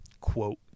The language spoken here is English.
Quote